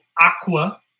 aqua